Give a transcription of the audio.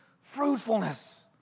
fruitfulness